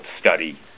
study